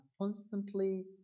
constantly